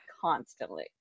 constantly